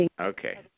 Okay